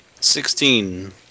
Sixteen